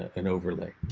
an overlay.